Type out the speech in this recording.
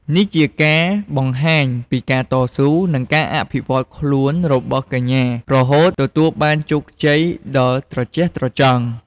នេះជាការបង្ហាញពីការតស៊ូ និងការអភិវឌ្ឍន៍ខ្លួនរបស់កញ្ញារហូតទទួលបានភាពជោគជ័យដ៏ត្រចះត្រចង់។